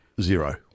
Zero